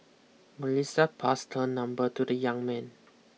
Melissa passed her number to the young man